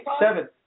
Seven